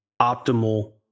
optimal